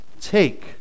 take